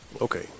Okay